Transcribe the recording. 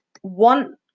one